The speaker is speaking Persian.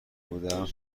بودم